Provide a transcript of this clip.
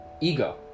ego